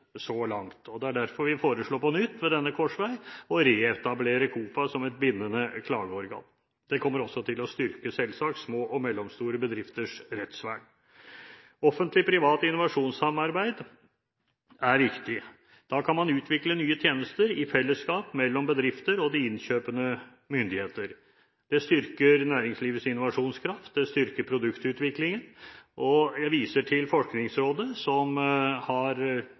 Det er derfor vi foreslår på nytt ved denne korsvei å reetablere KOFA som et bindende klageorgan. Det kommer selvsagt også til å styrke små og mellomstore bedrifters rettsvern. Offentlig–privat innovasjonssamarbeid er viktig. Da kan man utvikle nye tjenester i fellesskap mellom bedrifter og de innkjøpende myndigheter. Det styrker næringslivets innovasjonskraft, og det styrker produktutviklingen. Jeg viser til Forskningsrådet som har